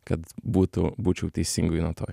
kad būtų būčiau teisingoj natoj